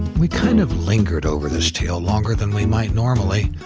we kind of lingered over this tale longer than we might normally,